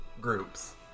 groups